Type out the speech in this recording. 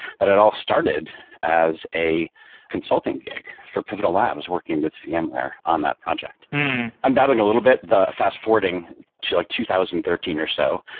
that it all started as a consulting gig for pivotal labs working with vmware on that project um adding a little bit, the fast forwarding to like two thousand and thirteen or so,